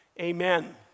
Amen